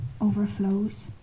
overflows